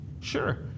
Sure